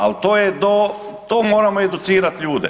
Ali to je do, to moramo educirati ljude.